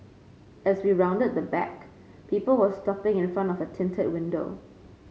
as we rounded the back people were stopping in front of a tinted window